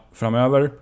framöver